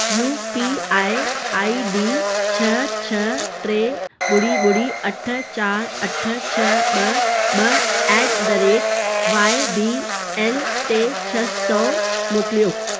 U P I I D छ्ह छ्ह टे ॿुड़ी ॿुड़ी अठ चारि अठ छह ॿ ॿ at the rate Y B L ते छ्ह सौ मोकिलियो